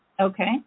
Okay